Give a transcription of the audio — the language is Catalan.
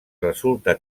resulta